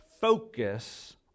focus